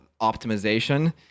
optimization